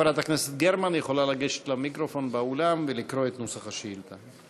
חברת הכנסת גרמן יכולה לגשת למיקרופון באולם ולקרוא את נוסח השאילתה.